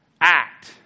act